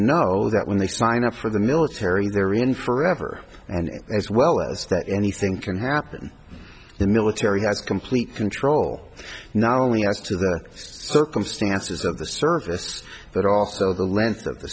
know that when they sign up for the military they're in forever and as well as that anything can happen the military has complete control not only as to the circumstances of the service but also the length of the